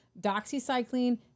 doxycycline